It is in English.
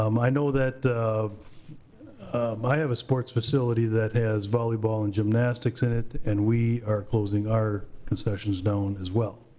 um i know that, i have a sports facility that has volleyball and gymnastics in it. and we are closing our concessions down as well.